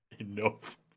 Enough